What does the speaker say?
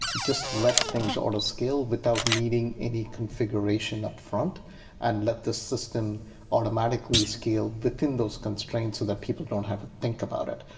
just let things auto scale without needing any configuration upfront and let the system automatically scale the kindles constraints so that people don't have to think about it.